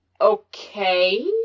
Okay